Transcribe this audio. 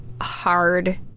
hard